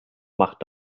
macht